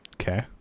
Okay